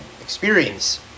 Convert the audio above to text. experience